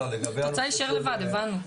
את רוצה להישאר לבד, הבנו.